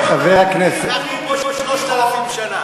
סגן השר, אנחנו פה 3,000 שנה.